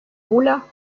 bula